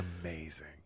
amazing